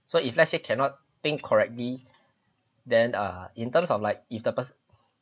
so if let's say cannot think correctly then err in terms of like if the person